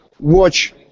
Watch